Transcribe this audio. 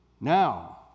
Now